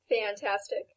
Fantastic